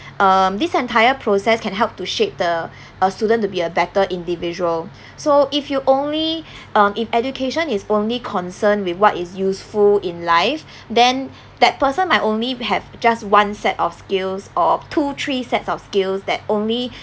um this entire process can help to shape the a student to be a better individual so if you only um if education is only concerned with what is useful in life then that person might only have just one set of skills or two three sets of skills that only